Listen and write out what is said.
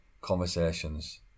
conversations